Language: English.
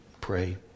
pray